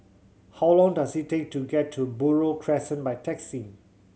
how long does it take to get to Buroh Crescent by taxi